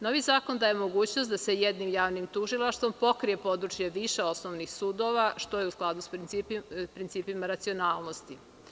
Novi zakon daje mogućnost da se jednim javnim tužilaštvom pokrije područje viših osnovnih sudova, što je u skladu sa principima racionalnosti.